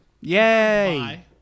Yay